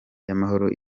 y’amahoro